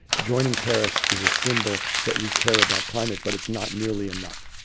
joining paris is a symbol that we care about climate but it's not nearly enough.